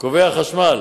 כבה החשמל